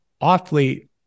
awfully